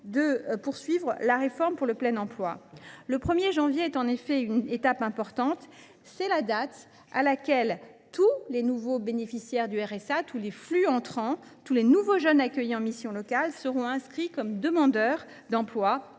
de poursuivre la réforme pour le plein emploi. Le 1 janvier est à cet égard une étape importante. C’est la date à laquelle tous les nouveaux bénéficiaires du RSA, tous les flux entrants et tous les nouveaux jeunes accueillis en mission locale, seront inscrits comme demandeurs d’emploi,